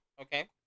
Okay